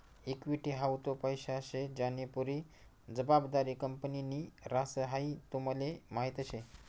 equity हाऊ तो पैसा शे ज्यानी पुरी जबाबदारी कंपनीनि ह्रास, हाई तुमले माहीत शे